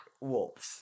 Wolves